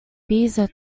bezier